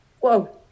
Whoa